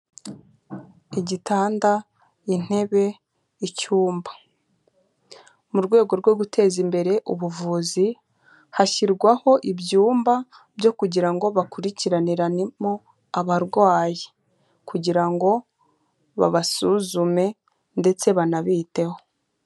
Igitanda, intebe, icyumba, mu rwego rwo guteza imbere ubuvuzi, hashyirwaho ibyumba byo kugira ngo bakurikiraniranemo abarwayi, kugira ngo babasuzume ndetse banabiteho.